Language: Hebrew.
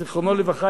זיכרונו לברכה,